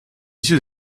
issu